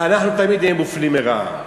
אנחנו תמיד נהיה מופלים לרעה,